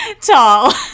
tall